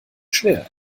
schwer